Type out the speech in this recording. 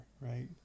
right